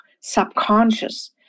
subconscious